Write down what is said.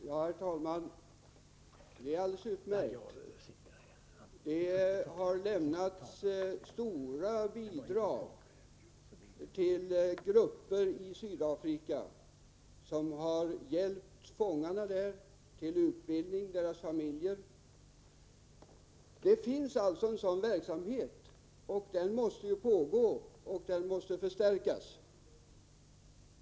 Herr talman! Det är alldeles utmärkt. Stora bidrag har lämnats till grupper i Sydafrika som har hjälpt fångar och deras familjer med att få utbildning. Det finns alltså en sådan verksamhet, och den måste pågå, och den måste förstärkas.